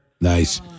Nice